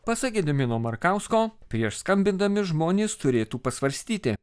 pasak gedimino markausko prieš skambindami žmonės turėtų pasvarstyti